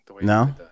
No